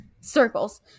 circles